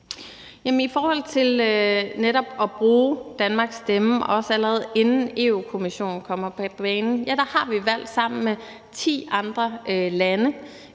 i forhold til netop at bruge Danmarks stemme, også allerede inden Europa-Kommissionen kommer på banen, har vi valgt sammen med ti andre lande